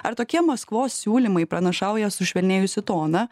ar tokie maskvos siūlymai pranašauja sušvelnėjusį toną